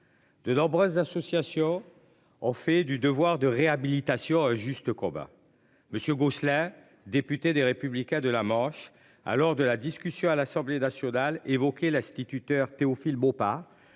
De nombreuses associations. Ont fait du devoir de réhabilitation juste combat monsieur Gosselin député des républicains de la moche ah lors de la discussion à l'Assemblée nationale, évoquer la statutaire Théophile Maupas.